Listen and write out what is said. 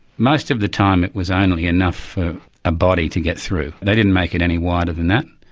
most of the time it was only enough for a body to get through they didn't make it any wider than that,